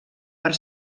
per